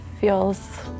feels